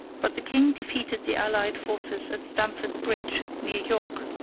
but the king defeated the allied forces at stamford bridge, near york,